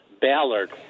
Ballard